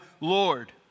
Lord